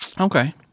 Okay